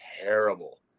terrible